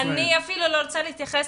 אני אפילו לא רוצה להתייחס